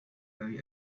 very